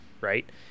right